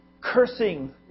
cursing